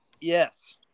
Yes